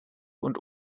und